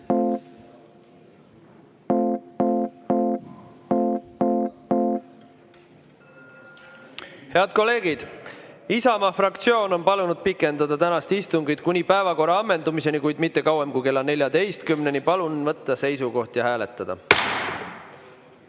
kolleegid, Isamaa fraktsioon on palunud pikendada tänast istungit kuni päevakorra ammendumiseni, kuid mitte kauem kui kella 14-ni. Palun võtta seisukoht ja hääletada!